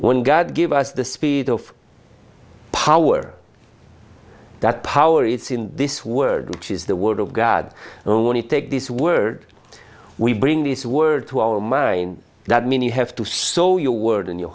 when god gave us the speed of power that power is in this word which is the word of god only take this word we bring this word to our minds that mean you have to saw your world in your